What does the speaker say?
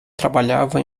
trabalhava